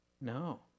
No